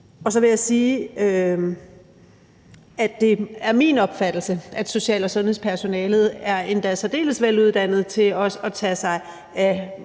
Og så vil jeg sige, at det er min opfattelse, at social- og sundhedspersonalet er endda særdeles veluddannede til også at tage sig af